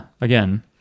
again